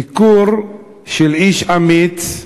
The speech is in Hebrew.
ביקור של איש אמיץ,